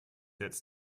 jetzt